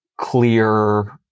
clear